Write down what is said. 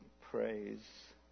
praise